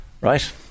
right